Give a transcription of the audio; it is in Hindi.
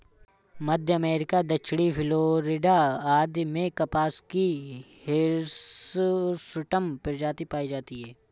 मध्य अमेरिका, दक्षिणी फ्लोरिडा आदि में कपास की हिर्सुटम प्रजाति पाई जाती है